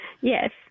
Yes